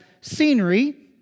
scenery